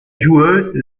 joueuse